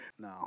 No